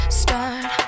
start